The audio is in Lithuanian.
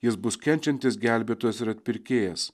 jis bus kenčiantis gelbėtojas ir atpirkėjas